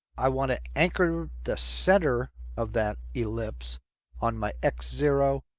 i want to anchor the center of that ellipse on my x zero,